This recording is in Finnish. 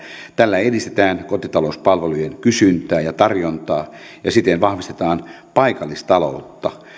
tällä edistetään kotitalouspalvelujen kysyntää ja tarjontaa ja siten vahvistetaan paikallistaloutta